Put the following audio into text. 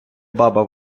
баба